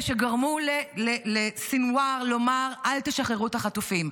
שגרמו לסינוואר לומר: אל תשחררו את החטופים.